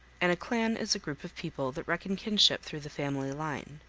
and a clan is a group of people that reckon kinship through the family line.